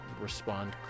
respond